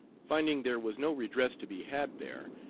finding there was no redress to be had there,